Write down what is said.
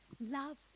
Love